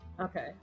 Okay